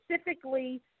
specifically